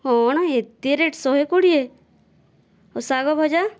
କଣ ଏତେ ରେଟ୍ ଶହେ କୋଡ଼ିଏ ଆଉ ଶାଗ ଭଜା